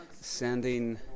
sending